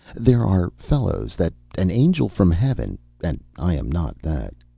there are fellows that an angel from heaven and i am not that.